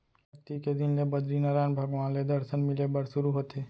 अक्ती के दिन ले बदरीनरायन भगवान के दरसन मिले बर सुरू होथे